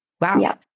Wow